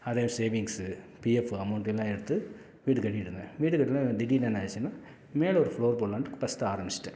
அதே savings PF அமௌண்ட்டெல்லாம் எடுத்து வீடு கட்டிட்டு இருந்தேன் வீடு கட்டினேன் திடீர்னு என்ன ஆகிடுச்சுன்னா மேலே ஒரு ஃப்ளோர் போடலான்னு ஃபஸ்ட்டு ஆரம்பிச்சுட்டேன்